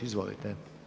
Izvolite.